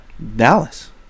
Dallas